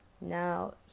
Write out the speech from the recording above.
now